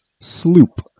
sloop